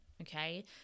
okay